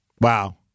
Wow